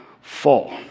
fall